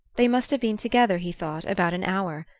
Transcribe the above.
they must have been together, he thought, about an hour.